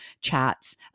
chats